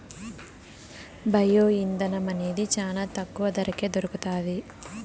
bio ఇంధనం అనేది చానా తక్కువ ధరకే దొరుకుతాది